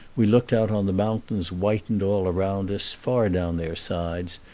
we looked out on the mountains whitened all round us far down their sides,